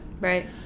Right